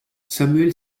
samuel